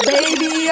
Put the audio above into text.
Baby